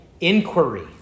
inquiry